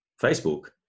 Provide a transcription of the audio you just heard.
Facebook